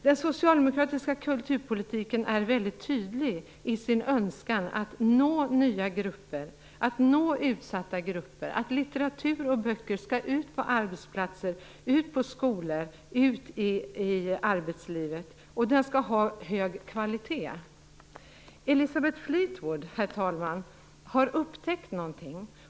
Den socialdemokratiska kulturpolitiken är väldigt tydlig i sin önskan att nå nya och utsatta grupper, att litteraturen skall ut på arbetsplatser och skolor och att den skall vara av hög kvalitet. Herr talman! Elisabeth Fleetwood har upptäckt någonting.